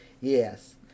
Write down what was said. Yes